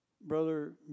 Brother